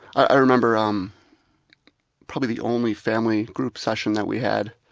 i remember um probably the only family group session that we had